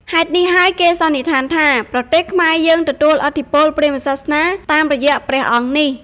ហេតុនេះហើយ គេសន្និដ្ឋានថា ប្រទេសខ្មែរយើងទទួលឥទ្ធិពលព្រាហ្មណ៍សាសនាតាមរយៈព្រះអង្គនេះ។